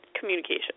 communication